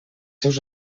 seus